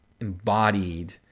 embodied